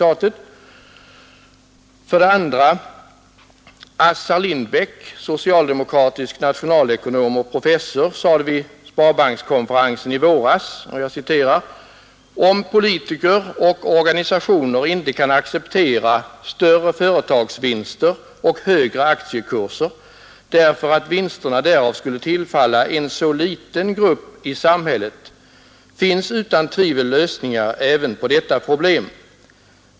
Assar Lindbeck, socialdemokratisk nationalekonom och professor, yttrade vid sparbankskonferensen i mars: ”Om politiker och organisationer inte kan acceptera större företagsvinster och högre aktiekurser, därför att vinsterna därav skulle tillfalla en så liten grupp i samhället, finns utan tvivel lösningar även på detta problem.